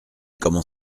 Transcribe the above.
comment